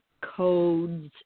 codes